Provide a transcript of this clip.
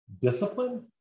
discipline